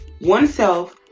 oneself